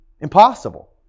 Impossible